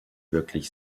wirklich